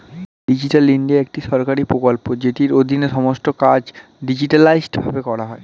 digital India একটি সরকারি প্রকল্প যেটির অধীনে সমস্ত কাজ ডিজিটালাইসড ভাবে করা হয়